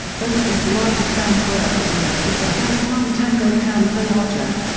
both these large cans were advertised as the first time tango cans are larger.